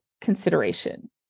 consideration